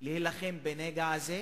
להילחם בנגע הזה,